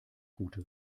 gute